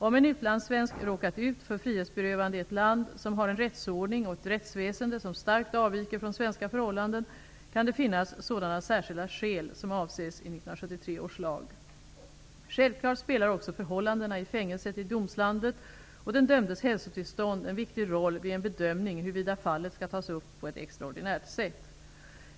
Om en utlandssvensk råkat ut för frihetsberövande i ett land som har en rättsordning och ett rättsväsende som starkt avviker från svenska förhållanden, kan det finnas sådana särskilda skäl som avses i 1973 års lag. Självklart spelar också förhållandena i fängelset i domslandet och den dömdes hälsotillstånd en viktig roll vid en bedömning av huruvida fallet skall tas upp på ett extraordinärt sätt.